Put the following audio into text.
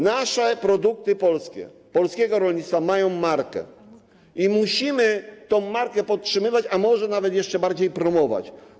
Nasze produkty, polskie, polskiego rolnictwa, mają markę i musimy tę markę podtrzymywać, a może nawet jeszcze bardziej promować.